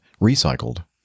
recycled